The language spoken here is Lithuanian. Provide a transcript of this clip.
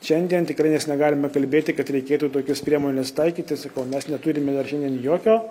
šiandien tikrai mes negalime kalbėti kad reikėtų tokias priemonės taikyti sakau mes neturime dar šiandien jokio